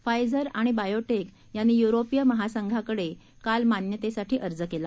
Pfizer आणि biotech यांनी युरोपिय महासंघाकडे काल मान्यतेसाठी अर्ज केला